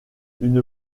une